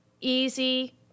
easy